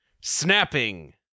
snapping